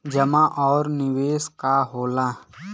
जमा और निवेश का होला?